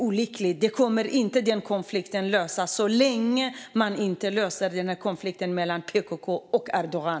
Konflikten kommer inte att lösas så länge man inte löser konflikten mellan PKK och Erdogan.